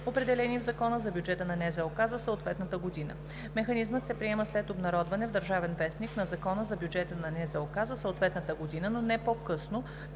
определени в Закона за бюджета на НЗОК за съответната година. Механизмът се приема след обнародване в „Държавен вестник“ на Закона за бюджета на НЗОК за съответната година, но не по-късно